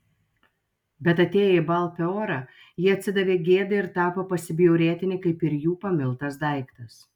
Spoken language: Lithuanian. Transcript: bet atėję į baal peorą jie atsidavė gėdai ir tapo pasibjaurėtini kaip ir jų pamiltas daiktas